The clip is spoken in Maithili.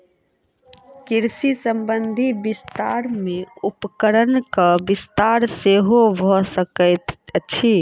कृषि संबंधी विस्तार मे उपकरणक विस्तार सेहो भ सकैत अछि